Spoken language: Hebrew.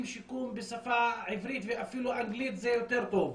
שיקום בשפה העברית ואפילו אנגלית זה יותר טוב,